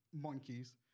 monkeys